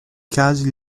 casi